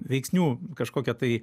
veiksnių kažkokia tai